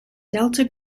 delta